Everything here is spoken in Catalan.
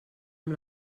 amb